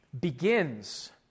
begins